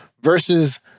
versus